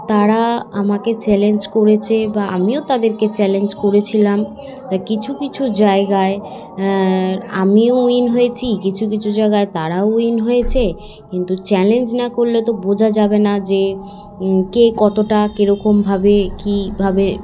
তারা আমাকে চ্যালেঞ্জ করেছে বা আমিও তাদেরকে চ্যালেঞ্জ করেছিলাম কিছু কিছু জায়গায় আমিও উইন হয়েছি কিছু কিছু জায়গায় তারাও উইন হয়েছে কিন্তু চ্যালেঞ্জ না করলে তো বোঝা যাবে না যে কে কতটা কেরকমভাবে কীভাবে